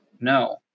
No